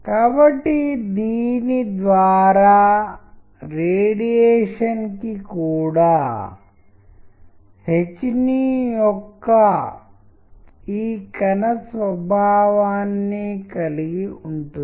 శాస్త్రీయ వాస్తవాలు చెప్పిన వ్యక్తులు ఆరోగ్యం గురించి పండ్లు అందించే విటమిన్లు సామర్థ్యం గురించి వాటి తాజాదనాన్ని గురించి మాట్లాడారు